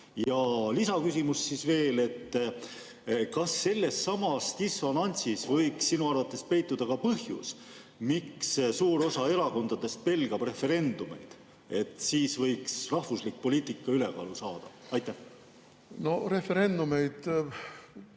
Ja lisaküsimus: kas sellessamas dissonantsis võiks sinu arvates peituda ka põhjus, miks suur osa erakondadest pelgab referendumeid, sest siis võiks rahvuslik poliitika ülekaalu saada? Referendumeid,